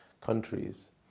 countries